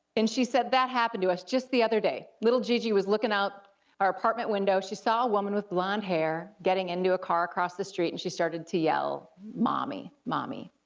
and she said that happened to us just the other day, little gigi was looking out our apartment window, she saw a woman with blonde hair getting into a car across the street and she started to yell mommy, mommy.